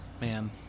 man